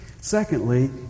Secondly